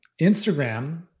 Instagram